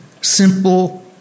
simple